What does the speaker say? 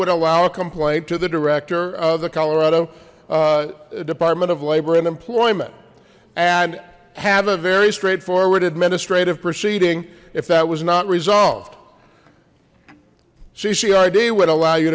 would allow complained to the director of the colorado department of labor and employment and have a very straightforward administrative proceeding if that was not resolved ccr d would allow you